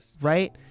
right